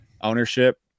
ownership